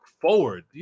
forward